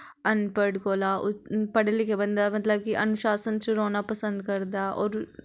अनपढ़ कोला पढ़े लिखे बंदे दा मतलब कि अनुशासन च रौह्ना पसंद करदा ऐ होर